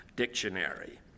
Dictionary